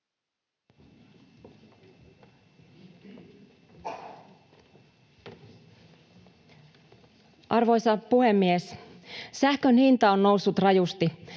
Arvoisa puhemies! Sähkön hinta on noussut rajusti.